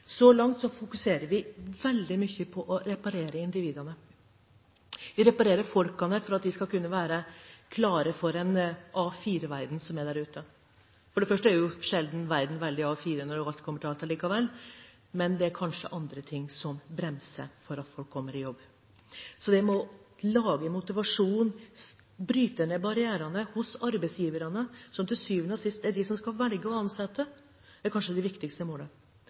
Så langt har vi fokusert veldig mye på å reparere individene. Vi reparerer folk, slik at de skal kunne være klare for den A4-verdenen som er der ute. Allikevel er verden sjelden veldig A4 – når alt kommer til alt. Det er kanskje andre ting som bremser dette at folk kommer i jobb. Det å skape motivasjon og bryte ned barrierene hos arbeidsgiverne, som til syvende og sist er de som skal velge å ansette, er kanskje det viktigste målet.